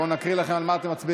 בוא נקריא לכם על מה אתם מצביעים.